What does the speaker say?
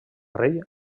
rei